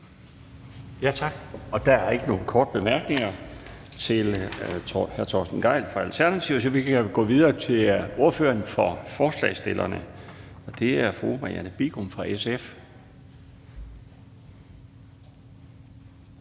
Tak. Der er ikke nogen korte bemærkninger til hr. Torsten Gejl fra Alternativet, så vi kan gå videre til ordføreren for forslagsstillerne, og det er fru Marianne Bigum fra SF.